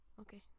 Okay